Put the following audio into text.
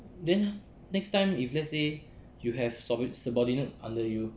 then next time if let's say you have sur~ subordinates under you